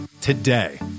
today